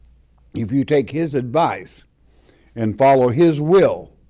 if you take his advice and follow his will,